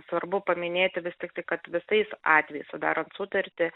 svarbu paminėti vis tiktai kad visais atvejais sudarant sutartį